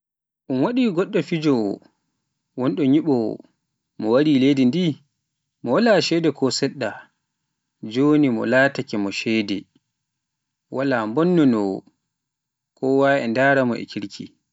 Un waɗii goɗɗo pijoowo wonɗo nyibowoo, mo warii leydi ndi'i, mo wala ceede ko seɗɗa, jooni mo laatake mo ceede, walaa bonnonoowo koowa e ndaara-mo e kirki.